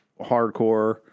hardcore